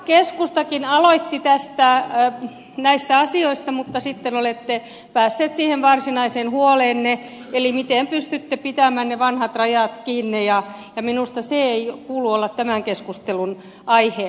keskustakin aloitti näistä asioista mutta sitten olette päässeet siihen varsinaiseen huoleenne eli siihen miten pystytte pitämään ne vanhat rajat kiinni ja minusta sen ei kuulu olla tämän keskustelun aihe